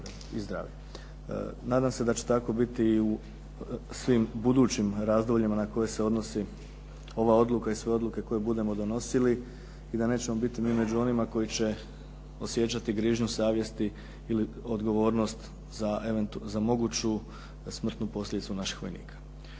Nadam se da će tako biti i u svim budućim razdobljima na koje se odnosi ova odluka i sve odluke koje budemo donosili. I da nećemo mi biti među onima koji će osjećati grižu savjesti ili odgovornost za moguću smrtnu posljedicu naših vojnika.